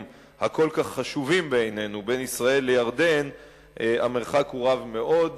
החשובים כל כך בעינינו בין ישראל לירדן המרחק רב מאוד,